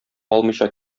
алмыйча